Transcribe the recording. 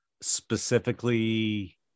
specifically